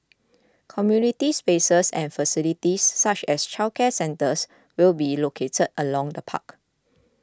community spaces and facilities such as childcare centres will be located along the park